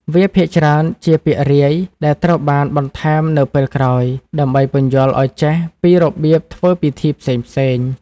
វាភាគច្រើនជា ពាក្យរាយ ដែលត្រូវបានបន្ថែមនៅពេលក្រោយ ដើម្បីពន្យល់ឱ្យចេះពីរបៀបធ្វើពិធីផ្សេងៗ។